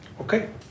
okay